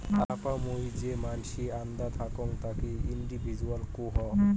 আপা মুই যে মানসি আল্দা থাকং তাকি ইন্ডিভিজুয়াল কুহ